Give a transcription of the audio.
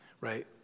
right